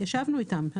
ישבנו איתם.